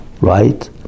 right